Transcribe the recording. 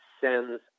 sends